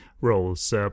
roles